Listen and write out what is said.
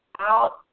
out